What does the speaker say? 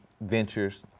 ventures